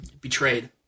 betrayed